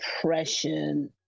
depression